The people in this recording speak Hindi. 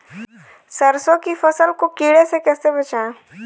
सरसों की फसल को कीड़ों से कैसे बचाएँ?